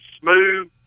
smooth